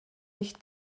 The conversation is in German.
nicht